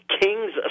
king's